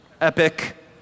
Epic